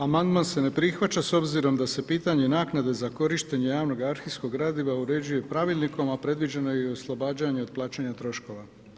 Amandman se ne prihvaća s obzirom da se pitanje naknade za korištenje javnog arhivskog gradiva uređuje pravilnikom, a predviđeno je i oslobađanje od plaćanja troškova.